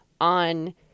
on